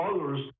others